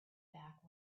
back